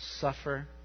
suffer